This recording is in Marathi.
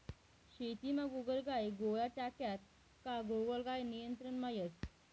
शेतीमा गोगलगाय गोळ्या टाक्यात का गोगलगाय नियंत्रणमा येस